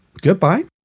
goodbye